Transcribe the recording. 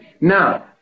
now